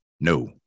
No